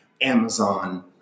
amazon